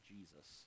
Jesus